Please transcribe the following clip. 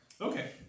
Okay